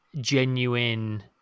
genuine